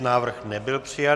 Návrh nebyl přijat.